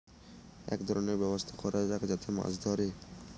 এক ধরনের ব্যবস্থা করা যাক যাতে মাছ ধরে